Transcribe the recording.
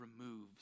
removes